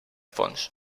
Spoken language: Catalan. fonts